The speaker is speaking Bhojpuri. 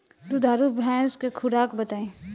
दुधारू भैंस के खुराक बताई?